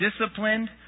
disciplined